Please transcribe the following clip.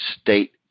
State